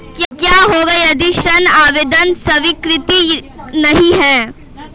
क्या होगा यदि ऋण आवेदन स्वीकृत नहीं है?